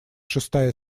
шестая